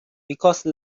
because